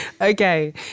Okay